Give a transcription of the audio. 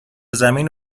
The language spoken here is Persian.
زمین